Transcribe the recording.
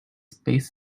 space